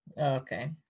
Okay